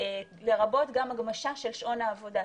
לרבות גם הגמשה של שעון העבודה,